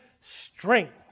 strength